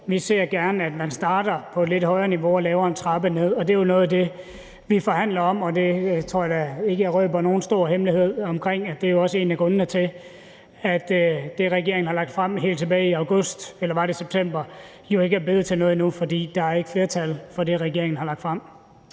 Vi ser gerne, at man starter på et lidt højere niveau og laver en trappe ned. Det er jo noget af det, vi forhandler om, og der tror jeg da ikke, jeg røber nogen stor hemmelighed ved at sige, at det også er en af grundene til, at det, regeringen har lagt frem helt tilbage i august, eller var det september, jo ikke er blevet til noget endnu – fordi der ikke er flertal for det, regeringen har lagt frem.